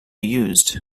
used